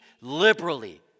liberally